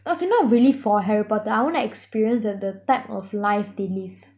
okay not really for harry potter I wanna experience the the type of life they live